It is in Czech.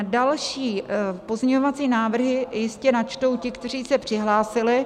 Další pozměňovací návrhy jistě načtou ti, kteří se přihlásili.